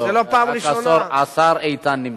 זה לא פעם ראשונה, לא, רק השר איתן נמצא כאן.